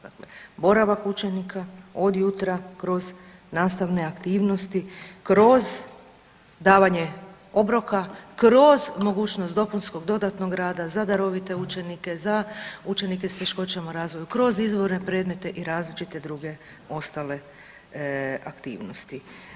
Dakle boravak učenika od jutra kroz nastavne aktivnosti kroz davanje obroka, kroz mogućnost dopunskog i dodatnog rada za darovite učenike, za učenike s teškoćama u razvoju, kroz izborne predmete i različite druge ostale aktivnosti.